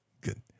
Good